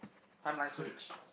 timeline switch